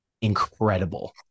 incredible